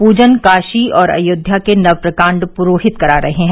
पूजन काशी और अयोध्या के नव प्रकांड प्रोहित करा रहे हैं